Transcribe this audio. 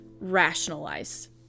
rationalize